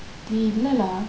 dey இல்ல:illa lah